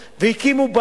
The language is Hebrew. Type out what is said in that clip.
בכל מה שהם עברו,